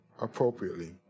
appropriately